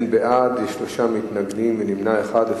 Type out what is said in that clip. אין בעד, יש שלושה מתנגדים ונמנע אחד.